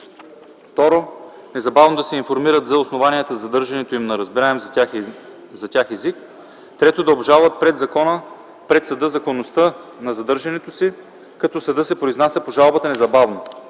2. незабавно да се информират за основанията за задържането им на разбираем за тях език; 3. да обжалват пред съда законността на задържането си, като съдът се произнася по жалбата незабавно.